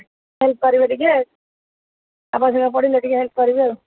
help କରିବେ ଟିକେ ଆବଶ୍ୟକ ପଡ଼ିଲେ ଟିକେ ହେଲ୍ପ କରିବେ ଆଉ